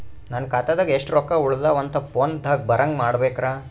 ನನ್ನ ಖಾತಾದಾಗ ಎಷ್ಟ ರೊಕ್ಕ ಉಳದಾವ ಅಂತ ಫೋನ ದಾಗ ಬರಂಗ ಮಾಡ ಬೇಕ್ರಾ?